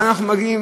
לאן אנחנו מגיעים?